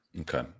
Okay